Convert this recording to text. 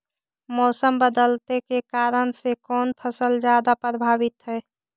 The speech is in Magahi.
मोसम बदलते के कारन से कोन फसल ज्यादा प्रभाबीत हय?